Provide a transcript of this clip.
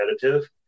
competitive